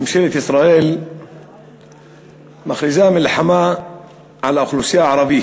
ממשלת ישראל מכריזה מלחמה על האוכלוסייה הערבית,